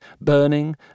burning